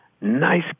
Nice